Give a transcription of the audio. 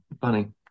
funny